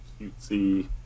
cutesy